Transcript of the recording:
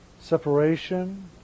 separation